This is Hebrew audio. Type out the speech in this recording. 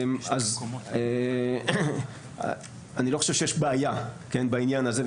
אני לא חושב שיש בעיה בעניין הזה,